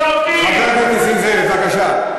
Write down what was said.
חבר הכנסת נסים זאב, תן איזה אזעקה, בושה לך.